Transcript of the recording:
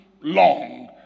long